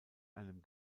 einem